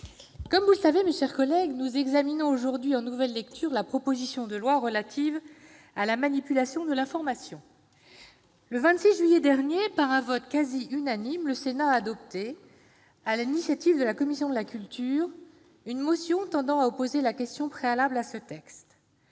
de ses fonctions. Mes chers collègues, nous examinons donc aujourd'hui en nouvelle lecture la proposition de loi relative à la lutte contre la manipulation de l'information. Le 26 juillet dernier, par un vote quasi unanime, le Sénat a adopté, sur proposition de sa commission de la culture, une motion tendant à opposer la question préalable à ce texte.